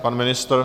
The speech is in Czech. Pan ministr?